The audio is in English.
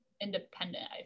independent